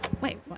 Wait